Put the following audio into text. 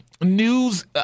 news